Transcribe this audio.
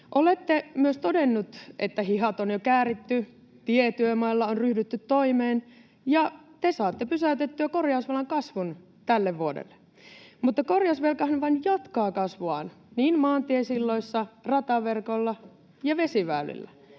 Olette myös todennut, että hihat on jo kääritty, tietyömailla on ryhdytty toimeen ja te saatte pysäytettyä korjausvelan kasvun tälle vuodelle. Mutta korjausvelkahan vain jatkaa kasvuaan maantiesilloissa, rataverkolla ja vesiväylillä.